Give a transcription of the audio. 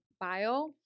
bio